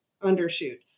undershoot